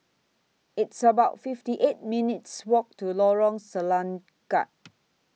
It's about fifty eight minutes' Walk to Lorong Selangat